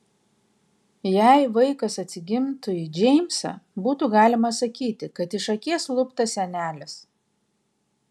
jei vaikas atsigimtų į džeimsą būtų galima sakyti kad iš akies luptas senelis